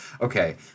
okay